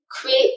create